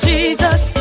Jesus